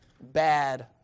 bad